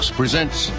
presents